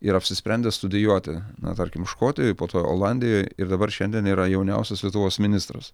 ir apsisprendęs studijuoti na tarkim škotijoj po to olandijoj ir dabar šiandien yra jauniausias lietuvos ministras